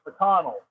McConnell